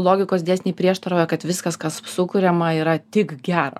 logikos dėsniai prieštarauja kad viskas kas sukuriama yra tik gera